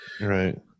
Right